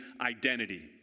Identity